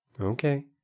Okay